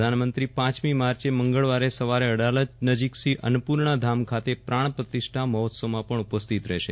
પ્રધાનમંત્રી પાંચમી માર્ચ મંગળવારે સવારે અડાલજ નજીક શ્રી અન્નાપૂર્ણા ધામ ખાતે પ્રાણપ્રતિષ્ઠા મહોત્સવમાં પણ ઉપસ્થિત રહેશે